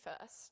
first